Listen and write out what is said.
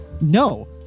No